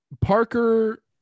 Parker